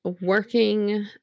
working